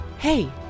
Hey